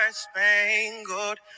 spangled